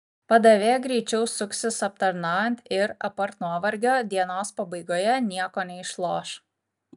padavėja greičiau suksis aptarnaujant ir apart nuovargio dienos pabaigoje nieko neišloš